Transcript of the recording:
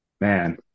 man